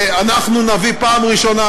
אנחנו נביא פעם ראשונה,